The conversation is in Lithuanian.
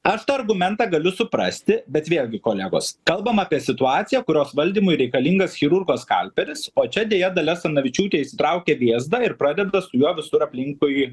aš tą argumentą galiu suprasti bet vėlgi kolegos kalbam apie situaciją kurios valdymui reikalingas chirurgo skalpelis o čia deja dalia asanavičiūtė išsitraukia vėzdą ir pradeda su juo visur aplinkui